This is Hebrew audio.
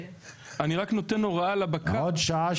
אני רק נותן הוראה לבקר --- עוד שעה